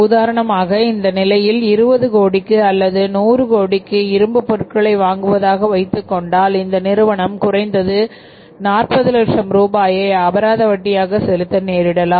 உதாரணமாக இந்த நிலையில் 20 கோடிக்கு அல்லது நூறு கோடிக்கு இரும்பு பொருட்களை வாங்குவதாக வைத்துக் கொண்டால் இந்த நிறுவனம் குறைந்தது 40 லட்சம் ரூபாயை அபராத வட்டியாக செலுத்த நேரிடலாம்